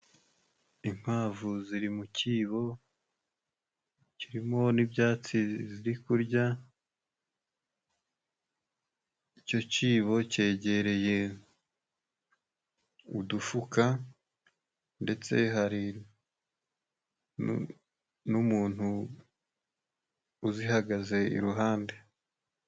Inkwavu ziri mu icyibo kirimo n'ibyatsi ziri kurya, icyo cyibo cyegereye udufuka ndetse hari n'umuntu uzihagaze iruhande.